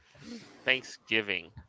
Thanksgiving